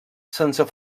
sense